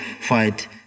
fight